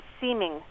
seeming